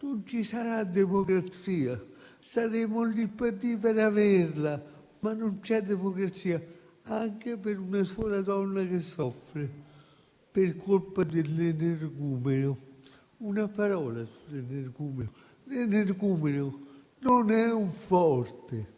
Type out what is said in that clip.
non ci sarà democrazia. Saremo lì lì per averla, ma non c'è democrazia, anche per una sola donna che soffre per colpa dell'energumeno. Una parola sull'energumeno: questi non è un forte,